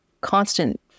constant